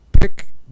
pick